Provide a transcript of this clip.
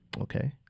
Okay